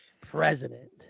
president